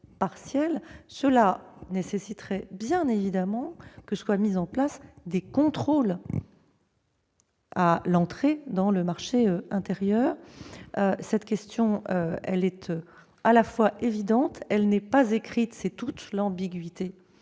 cela nécessiterait bien évidemment que soient mis en place des contrôles à l'entrée dans le marché intérieur. Cette question est évidente, mais elle n'est pas écrite, et c'est toute l'ambiguïté